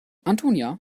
antonia